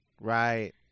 right